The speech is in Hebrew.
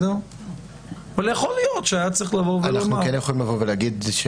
אנחנו כן יכולים להגיד,